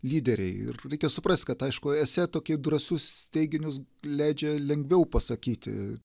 lyderiai ir reikia suprast kad aišku esė tokie drąsius teiginius leidžia lengviau pasakyti